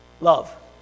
love